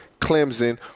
Clemson